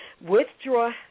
withdraw